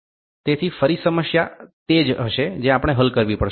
તેથી ફરી સમસ્યા તે જ હશે જે આપણે હલ કરવી પડશે